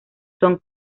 tom